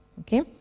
okay